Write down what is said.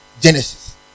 Genesis